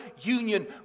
union